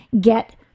get